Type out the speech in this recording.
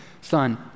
son